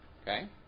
Okay